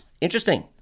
Interesting